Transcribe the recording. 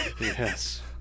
Yes